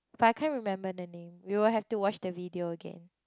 but I can't remember the name we will have to watch the video again